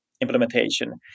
implementation